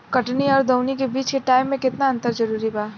कटनी आउर दऊनी के बीच के टाइम मे केतना अंतर जरूरी बा?